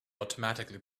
automatically